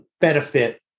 benefit